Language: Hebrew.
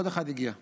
עוד אחד הגיע.